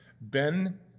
ben